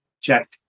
check